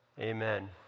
amen